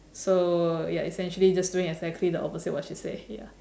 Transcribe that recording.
so ya essentially just doing exactly the opposite what she say ya